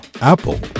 apple